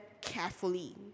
carefully